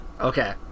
Okay